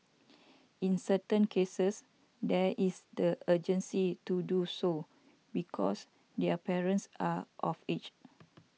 in certain cases there is the urgency to do so because their parents are of age